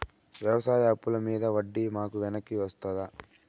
వ్యవసాయ అప్పుల మీద వడ్డీ మాకు వెనక్కి వస్తదా?